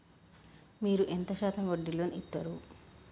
మీరు ఎంత శాతం వడ్డీ లోన్ ఇత్తరు?